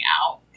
out